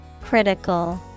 Critical